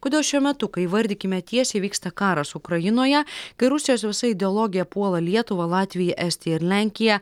kodėl šiuo metu kai įvardykime tiesiai vyksta karas ukrainoje kai rusijos visa ideologija puola lietuvą latviją estiją ir lenkiją